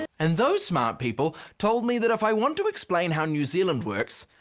and those smart people told me that if i want to explain how new zealand works,